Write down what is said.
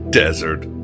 desert